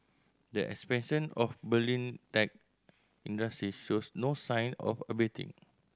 the expansion of Berlin tech shows no sign of abating